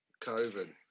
COVID